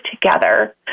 together